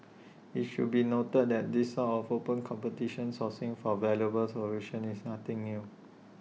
IT should be noted that this sort of open competition sourcing for valuable solutions is nothing new